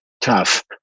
tough